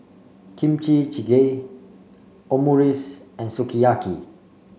Kimchi Jjigae Omurice and Sukiyaki